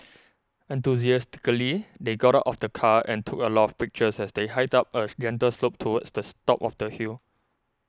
enthusiastically they got out of the car and took a lot of pictures as they hiked up a gentle slope towards the top of the hill